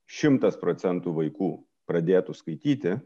šimtas procentų vaikų pradėtų skaityti